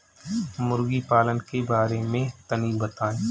मुर्गी पालन के बारे में तनी बताई?